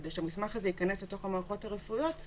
כדי שהמסמך הזה ייכנס למערכות הרפואיות,